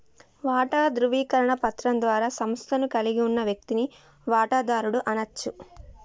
వాటా ధృవీకరణ పత్రం ద్వారా సంస్థను కలిగి ఉన్న వ్యక్తిని వాటాదారుడు అనచ్చు